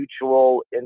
mutual